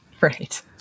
Right